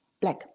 Black